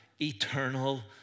eternal